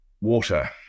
water